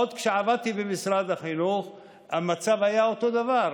עוד כשעבדתי במשרד החינוך המצב היה אותו דבר.